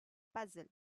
puzzle